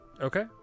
Okay